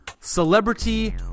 celebrity